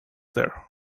there